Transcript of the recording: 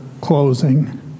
closing